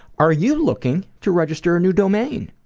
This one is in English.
are you looking to register a new domain?